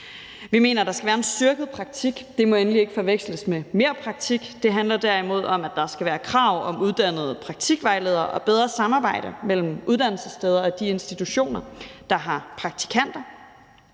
det andet, at der skal være en styrket praktik. Det må endelig ikke forveksles med mere praktik. Det handler derimod om, at der skal være krav om uddannede praktikvejledere og bedre samarbejde mellem uddannelsessteder og de institutioner, der har praktikanter,